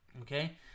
Okay